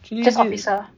just officer